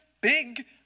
big